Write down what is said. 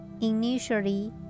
initially